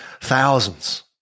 thousands